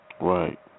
Right